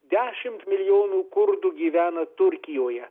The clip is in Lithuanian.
dešimt milijonų kurdų gyvena turkijoje